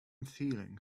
feeling